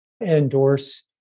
endorse